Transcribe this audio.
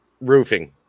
Roofing